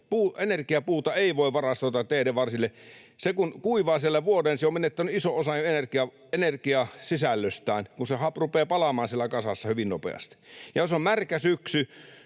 Energiapuuta ei voi varastoida teiden varsille. Se kun kuivaa siellä vuoden, se on menettänyt ison osan energiasisällöstään, kun se rupeaa palamaan siellä kasassa hyvin nopeasti. Ja jos on märkä syksy,